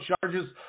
charges